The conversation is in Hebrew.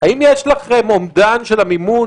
האם יש לכם אומדן של המימון,